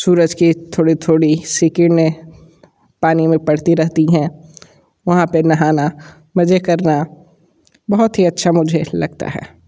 सूरज की थोड़ी थोड़ी सी किरणें पानी में पड़ती रहती है वहाँ पर नहाना मज़े करना बहुत ही अच्छा मुझे लगता है